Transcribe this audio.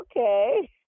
Okay